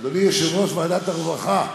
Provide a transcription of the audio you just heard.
אדוני יושב-ראש ועדת הרווחה,